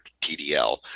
TDL